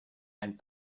and